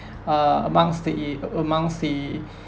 uh amongst the amongst the